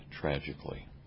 tragically